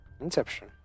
Inception